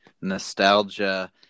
nostalgia